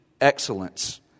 excellence